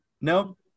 Nope